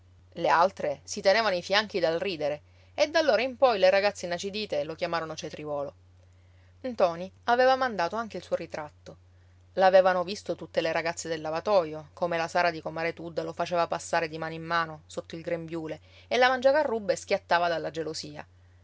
le altre si tenevano i fianchi dal ridere e d'allora in poi le ragazze inacidite lo chiamarono cetriuolo ntoni aveva mandato anche il suo ritratto l'avevano visto tutte le ragazze del lavatoio come la sara di comare tudda lo faceva passare di mano in mano sotto il grembiule e la mangiacarrubbe schiattava dalla gelosia